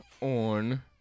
on